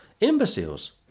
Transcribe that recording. imbeciles